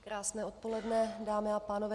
Krásné odpoledne, dámy a pánové.